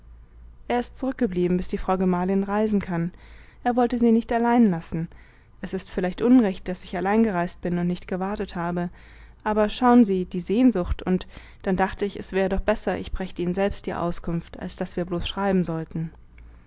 er ist zurückgeblieben bis die frau gemahlin reisen kann er wollte sie nicht allein lassen es ist vielleicht unrecht daß ich allein gereist bin und nicht gewartet hab aber schauen sie die sehnsucht und dann dacht ich es wär doch besser ich brächte ihnen selbst die auskunft als daß wir bloß schreiben sollten